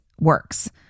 works